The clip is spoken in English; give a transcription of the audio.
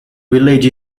village